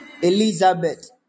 Elizabeth